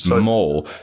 more